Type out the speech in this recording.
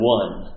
one